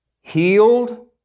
healed